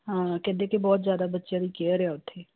ਹਾਂ ਕਹਿੰਦੇ ਕਿ ਬਹੁਤ ਜ਼ਿਆਦਾ ਬੱਚਿਆਂ ਦੀ ਕੇਅਰ ਹੈ ਉੱਥੇ